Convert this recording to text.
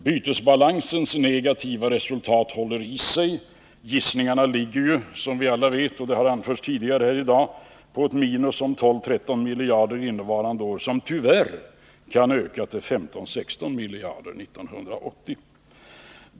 Bytesbalansens negativa resultat håller i sig. Gissningarna ligger, som vi alla vet — det har anförts tidigare här i dag — på ett minus om 12 å 13 miljarder innevarande år. Tyvärr kan underskottet öka till 15 å 16 miljarder 1980.